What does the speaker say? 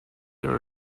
there